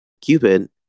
Cupid